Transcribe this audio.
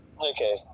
Okay